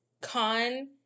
con